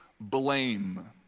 blame